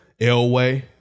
Elway